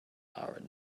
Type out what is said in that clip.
are